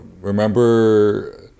Remember